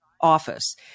office